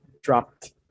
dropped